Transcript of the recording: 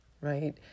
right